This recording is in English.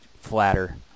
flatter